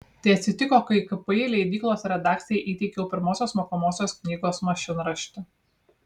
tai atsitiko kai kpi leidyklos redakcijai įteikiau pirmosios mokomosios knygos mašinraštį